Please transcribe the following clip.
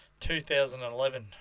2011